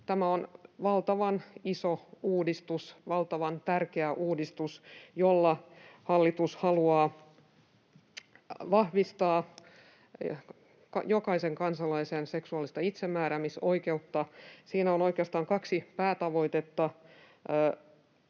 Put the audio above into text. Tämä on valtavan iso uudistus, valtavan tärkeä uudistus, jolla hallitus haluaa vahvistaa jokaisen kansalaisen seksuaalista itsemääräämisoikeutta. Siinä on oikeastaan kaksi päätavoitetta: